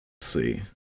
see